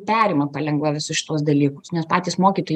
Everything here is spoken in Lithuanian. perima palengva visus šituos dalykus net patys mokytojai